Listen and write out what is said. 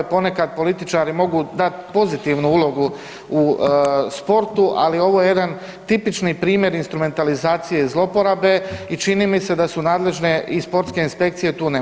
Ponekad političari mogu dati pozitivnu ulogu u sportu, ali ovo je jedan tipični primjer instrumentalizacije zloporabe i čini mi se da su nadležne i sportske inspekcije tu nemoćne.